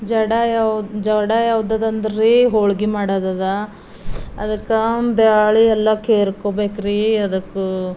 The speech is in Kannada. ಜಡ ಯಾವ ಜಡ ಯಾವ್ದದಂದರಿ ಹೋಳಿಗೆ ಮಾಡೋದದ ಅದಕ್ಕೆ ಬ್ಯಾಳಿ ಎಲ್ಲ ಕೇರ್ಕೊಬೇಕ್ರೀ ಅದಕ್ಕೂ